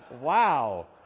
wow